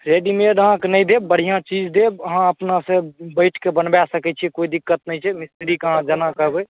readymade अहाँकेँ नहि देब बढ़िआँ चीज देब अहाँ अपनासँ बैठिके बनबाए सकैत छियै कोइ दिक्कत नहि छै मिस्त्रीके अहाँ जेना कहबै